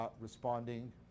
responding